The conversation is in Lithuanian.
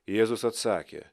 jėzus atsakė